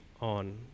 on